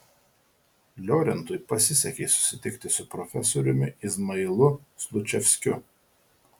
liorentui pasisekė susitikti su profesoriumi izmailu slučevskiu